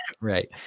right